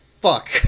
fuck